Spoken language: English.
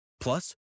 Plus